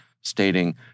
stating